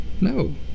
No